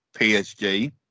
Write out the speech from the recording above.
PSG